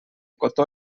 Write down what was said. cotó